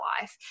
life